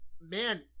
Man